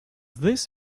this